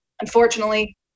Unfortunately